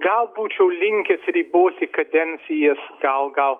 gal būčiau linkęs riboti kadencijas gal gal